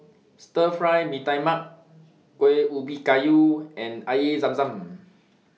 Stir Fry Mee Tai Mak Kuih Ubi Kayu and Air Zam Zam